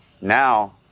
now